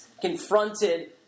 confronted